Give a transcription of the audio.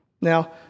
Now